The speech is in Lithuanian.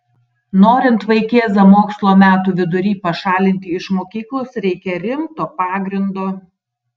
norint vaikėzą mokslo metų vidury pašalinti iš mokyklos reikia rimto pagrindo